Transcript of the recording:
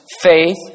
faith